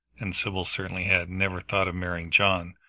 and sybil certainly had never thought of marrying john,